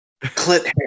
Clint